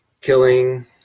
killing